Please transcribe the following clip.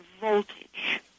voltage